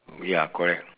ya correct